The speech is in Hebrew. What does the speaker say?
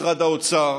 במשרד האוצר